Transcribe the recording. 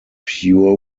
pure